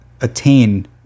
attain